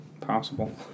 possible